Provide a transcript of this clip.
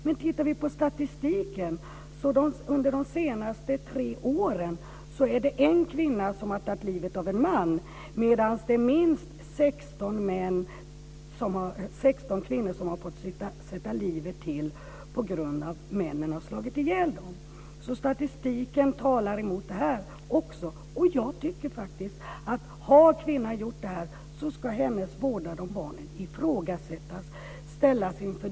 Men tittar vi på statistiken är det under de senaste tre åren en kvinna som har tagit livet av en man, medan det är minst 16 kvinnor som har fått sätta livet till på grund av att männen har slagit ihjäl dem. Statistiken talar alltså också emot det här. Jag tycker faktiskt att har kvinnan gjort det här ska hennes vårdnad om barnen ifrågasättas.